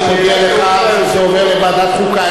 אני מודיע לך שזה עובר לוועדת חוקה,